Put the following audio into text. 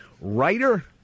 writer